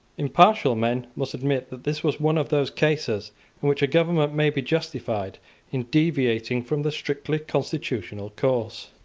impartial men must admit that this was one of those cases in which a government may be justified in deviating from the strictly constitutional course.